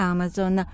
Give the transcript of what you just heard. Amazon